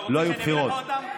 אתה רוצה שאני אביא לך אותם?